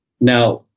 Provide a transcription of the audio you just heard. now